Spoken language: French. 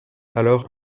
alors